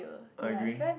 I agree